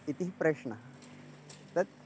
इति प्रश्नः तत्